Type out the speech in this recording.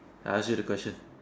I ask you the question